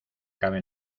cabe